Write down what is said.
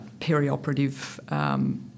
perioperative